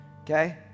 Okay